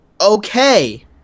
okay